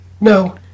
No